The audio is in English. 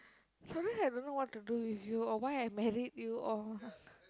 sometimes I don't know what to do with you or why I married you or